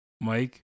Mike